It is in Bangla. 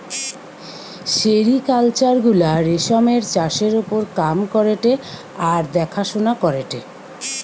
সেরিকালচার গুলা রেশমের চাষের ওপর কাম করেটে আর দেখাশোনা করেটে